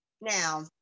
Now